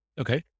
Okay